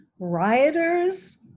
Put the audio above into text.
Rioters